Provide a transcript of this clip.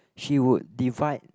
she would divide